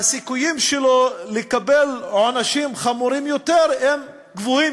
הסיכויים שלו לקבל עונשים חמורים יותר גבוהים